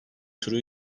turu